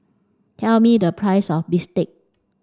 tell me the price of bistake